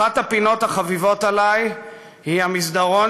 אחת הפינות החביבות עלי היא המסדרון